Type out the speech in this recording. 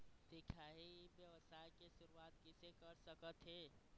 दिखाही ई व्यवसाय के शुरुआत किसे कर सकत हे?